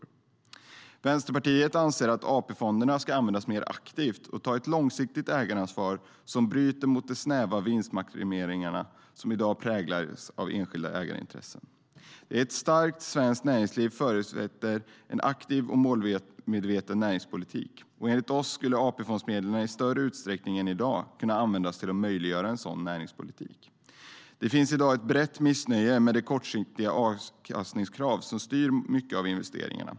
AP-fondernas verk-samhet t.o.m. 2013 Vänsterpartiet anser att AP-fonderna ska användas mer aktivt och ta ett långsiktigt ägaransvar som bryter mot de snäva vinstmaximeringar som i dag präglar enskilda ägarintressen. Ett starkt svenskt näringsliv förutsätter en aktiv och målmedveten näringspolitik. Enligt oss skulle AP-fondsmedlen i större utsträckning än i dag kunna användas för att möjliggöra en sådan näringspolitik. Det finns i dag ett utbrett missnöje med de kortsiktiga avkastningskrav som styr mycket av investeringarna.